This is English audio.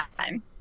time